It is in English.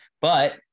but-